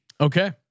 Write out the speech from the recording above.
Okay